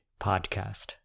Podcast